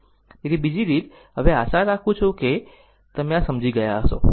તેથી બીજી રીત હવે આ હું આશા રાખું છું કે તમે આ સમજી ગયા છો